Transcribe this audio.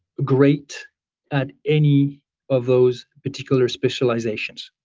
great at any of those particular specializations.